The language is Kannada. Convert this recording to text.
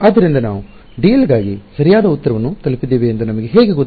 ಆದ್ದರಿಂದ ನಾವು dl ಗಾಗಿ ಸರಿಯಾದ ಉತ್ತರವನ್ನು ತಲುಪಿದ್ದೇವೆ ಎಂದು ನಮಗೆ ಹೇಗೆ ಗೊತ್ತು